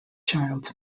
child